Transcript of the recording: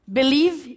believe